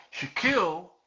Shaquille